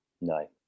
No